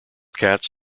cats